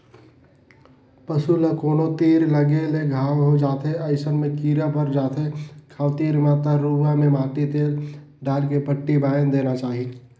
पसू ल कोनो तीर लगे ले घांव हो जाथे अइसन में कीरा पर जाथे घाव तीर म त रुआ में माटी तेल डायल के पट्टी बायन्ध देना चाही